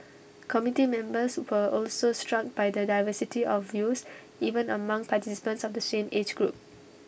committee members were also struck by the diversity of views even among participants of the same age group